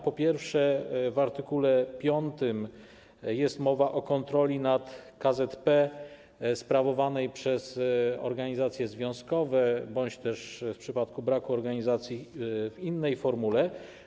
Po pierwsze, w art. 5 jest mowa o kontroli nad KZP sprawowanej przez organizacje związkowe bądź też, w przypadku braku organizacji, w innej formule.